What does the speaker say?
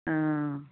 अ